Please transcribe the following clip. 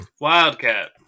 Wildcat